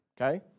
okay